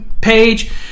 page